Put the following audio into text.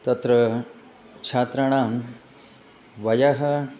तत्र छात्राणां वयः